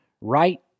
right